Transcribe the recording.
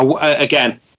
again